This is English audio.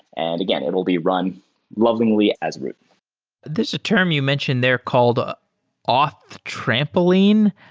and again, it will be run lovingly as root this term you mentioned there called ah off trampoline.